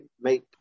make